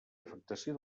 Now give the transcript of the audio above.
afectació